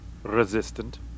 resistant